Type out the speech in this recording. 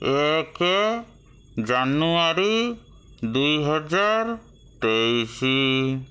ଏକ ଜାନୁଆରୀ ଦୁଇହଜାର ତେଇଶ